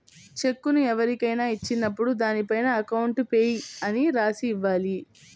చెక్కును ఎవరికైనా ఇచ్చినప్పుడు దానిపైన అకౌంట్ పేయీ అని రాసి ఇవ్వాలి